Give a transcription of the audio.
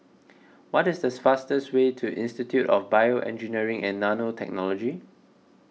what is the fastest way to Institute of BioEngineering and Nanotechnology